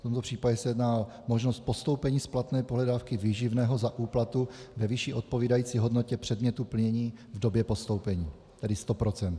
V tomto případě se jedná o možnost postoupení splatné pohledávky výživného za úplatu ve výši odpovídající hodnotě předmětu plnění v době postoupení, tedy 100 %.